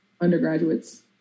undergraduates